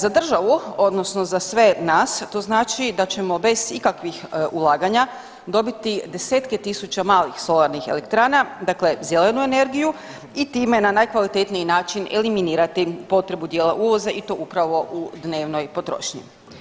Za državu odnosno za sve nas to znači da ćemo bez ikakvih ulaganja dobiti 10-tke tisuća malih solarnih elektrana, dakle zelenu energiju i time na najkvalitetniji način eliminirati potrebu dijela uvoza i to upravo u dnevnoj potrošnji.